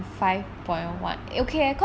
what about the south korea offer rumor or what you have